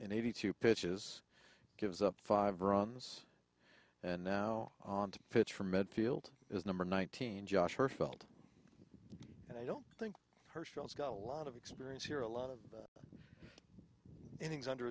in eighty two pitches gives up five runs and now on to pitch for midfield is number nineteen josh or felt and i don't think herschel's got a lot of experience here a lot of innings under